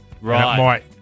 Right